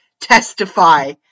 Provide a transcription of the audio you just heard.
testify